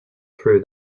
through